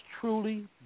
truly